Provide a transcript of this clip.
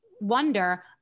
wonder